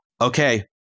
okay